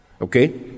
Okay